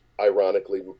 ironically